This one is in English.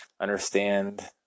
understand